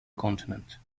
continent